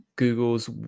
Google's